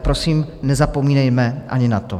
Prosím, nezapomínejme ani na to.